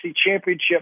championship